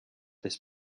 this